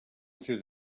through